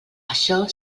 això